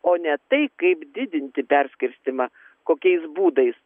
o ne tai kaip didinti perskirstymą kokiais būdais